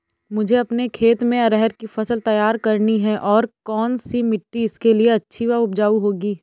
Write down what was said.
मुझे अपने खेत में अरहर की फसल तैयार करनी है और कौन सी मिट्टी इसके लिए अच्छी व उपजाऊ होगी?